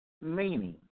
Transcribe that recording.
meaning